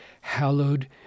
Hallowed